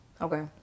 Okay